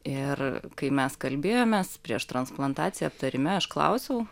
ir kai mes kalbėjomės prieš transplantaciją aptarime aš klausiau